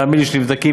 תאמין לי שהם נבדקים,